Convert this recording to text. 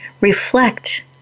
reflect